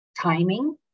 timing